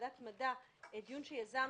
בוועדת המדע, דיון שיזמתי,